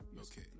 okay